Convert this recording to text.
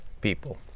people